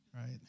right